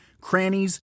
crannies